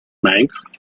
minds